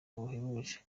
buhebuje